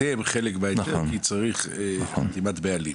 אתם חלק מההיתר כי צריך חתימת בעלים.